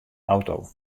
auto